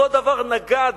אותו דבר, נגד